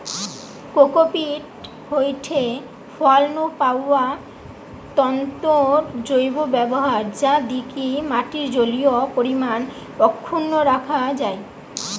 cocopeat হয়ঠে ফল নু পাওয়া তন্তুর জৈব ব্যবহার যা দিকি মাটির জলীয় পরিমাণ অক্ষুন্ন রাখা যায়